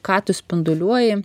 ką tu spinduliuoji